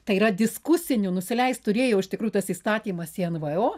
tai yra diskusiniu nusileist turėjo iš tikrųjų tas įstatymas į nvo